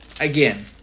Again